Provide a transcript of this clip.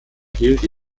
erhielt